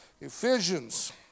Ephesians